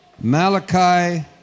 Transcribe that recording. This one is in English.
Malachi